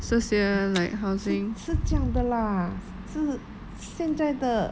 是是这样的 lah 是现在的